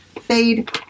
fade